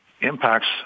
impacts